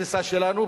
בתפיסה שלנו,